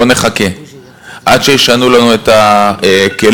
בוא נחכה עד שישנו לנו את הכלים.